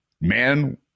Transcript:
man